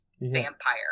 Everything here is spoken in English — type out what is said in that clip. vampire